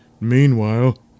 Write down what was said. Meanwhile